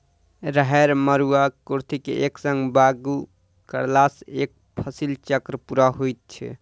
राहैड़, मरूआ, कुर्थी के एक संग बागु करलासॅ एक फसिल चक्र पूरा होइत छै